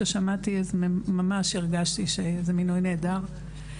וכששמעתי הרגשתי שזה מינוי נהדר.